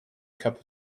cup